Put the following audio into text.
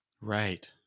Right